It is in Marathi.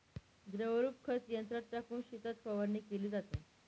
द्रवरूप खत यंत्रात टाकून शेतात फवारणी केली जाते